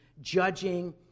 judging